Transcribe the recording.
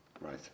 right